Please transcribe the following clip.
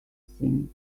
sing